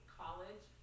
college